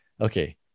Okay